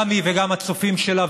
גם היא וגם הצופים שלה,